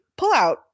pullout